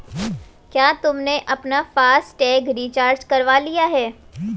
क्या तुमने अपना फास्ट टैग रिचार्ज करवा लिया है?